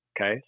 Okay